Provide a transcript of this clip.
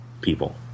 people